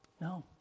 No